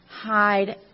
hide